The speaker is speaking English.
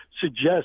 suggest